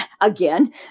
again